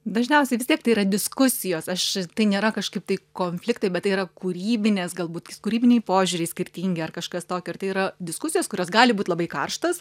dažniausiai vis tiek tai yra diskusijos aš tai nėra kažkaip tai konfliktai bet tai yra kūrybinės galbūt kūrybiniai požiūriai skirtingi ar kažkas tokio ir tai yra diskusijos kurios gali būt labai karštos